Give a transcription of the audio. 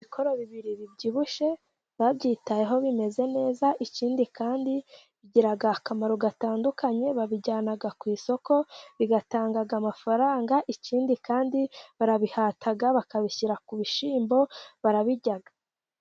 Ibikoro bibiri bibyibushye babyitayeho, bimeze neza, ikindi kandi bigira akamaro gatandukanye, babijyana ku isoko bigatanga amafaranga, ikindi kandi barabihata bakabishyira ku bishyimbo, barabijya.